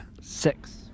Six